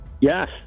yes